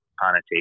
connotation